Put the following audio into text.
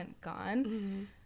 gone